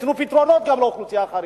שייתנו פתרונות גם לאוכלוסייה החרדית.